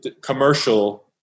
commercial